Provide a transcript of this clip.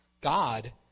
God